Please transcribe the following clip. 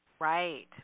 Right